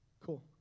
Cool